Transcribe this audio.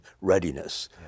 readiness